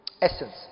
essence